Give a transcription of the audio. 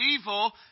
evil